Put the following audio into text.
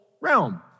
realm